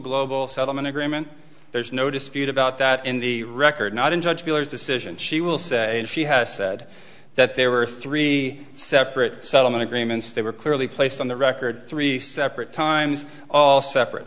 global settlement agreement there's no dispute about that in the record not in judge miller's decision she will say she has said that there were three separate settlement agreements that were clearly placed on the record three separate times all separate